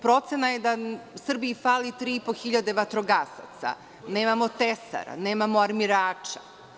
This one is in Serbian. Procena je da Srbiji fali tri i po hiljade vatrogasaca, nemamo tesara, nemamo armirača.